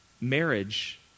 Marriage